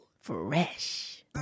Fresh